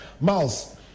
Miles